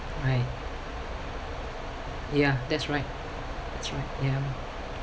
right ya that's right that's right ya